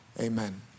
Amen